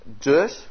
dirt